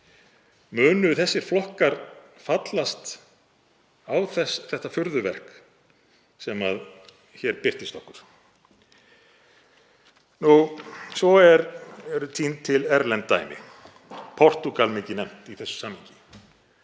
Munu þessir flokkar fallast á þetta furðuverk sem hér birtist okkur? Svo eru tínd til erlend dæmi, Portúgal mikið nefnt í þessu samhengi.